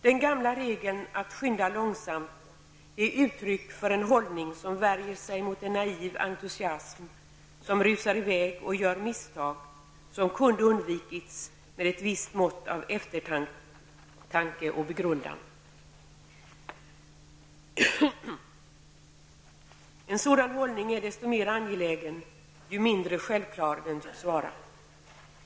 Den gamla regeln att skynda långsamt är uttryck för en hållning som värjer sig mot en naiv entusiasm där man rusar i väg och gör misstag som kunde ha undvikits med ett visst mått av eftertanke och begrundan. En sådan hållning är desto mer angelägen ju mindre självklar den tycks vara.